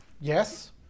yes